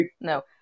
no